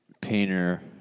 Painter